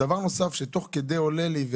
דבר נוסף שתוך כדי עולה לי,